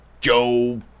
Joe